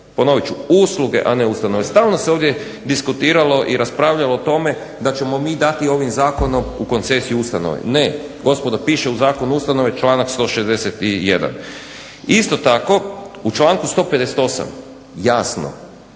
Ponovit ću usluge, a ne ustanove. Stalno se ovdje diskutiralo i raspravljalo o tome da ćemo mi dati ovim zakonom u koncesiju ustanove. Ne. Gospodo piše u zakonu ustanove članak 161. Isto tako u članku 158. jasno